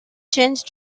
changed